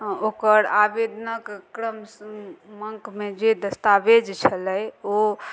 ओकर आवेदनक क्रमकमे जे दस्तावेज छलै ओ